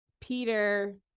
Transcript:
Peter